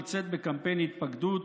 יוצאת בקמפיין התפקדות